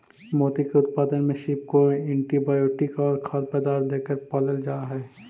मोती के उत्पादन में सीप को एंटीबायोटिक और खाद्य पदार्थ देकर पालल जा हई